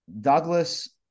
Douglas